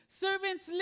Servants